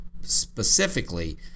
specifically